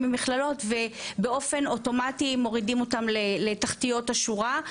ממכללות ובאופן אוטומטי מורידים אותם לתחתיות השורה.